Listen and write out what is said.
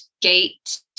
gate